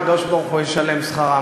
הקדוש-ברוך-הוא ישלם שכרם".